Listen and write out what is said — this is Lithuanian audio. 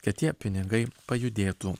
kad tie pinigai pajudėtų